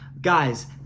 guys